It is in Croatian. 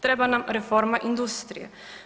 Treba nam reforma industrije.